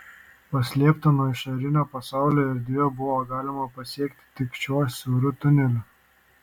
paslėptą nuo išorinio pasaulio erdvę buvo galima pasiekti tik šiuo siauru tuneliu